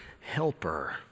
helper